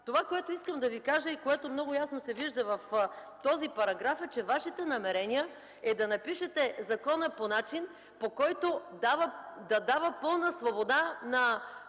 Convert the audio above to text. Това, което искам да Ви кажа и което много ясно се вижда в този параграф е, че Вашите намерения са да напишете закона по начин, по който да дава пълна свобода на